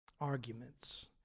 arguments